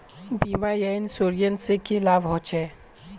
बीमा या इंश्योरेंस से की लाभ होचे?